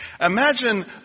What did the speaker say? Imagine